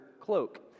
cloak